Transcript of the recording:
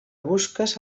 busques